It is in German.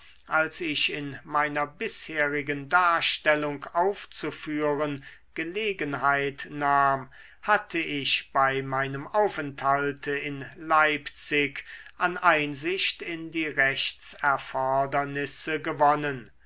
als ich in meiner bisherigen darstellung aufzuführen gelegenheit nahm hatte ich bei meinem aufenthalte in leipzig an einsicht in die rechtserfordernisse gewonnen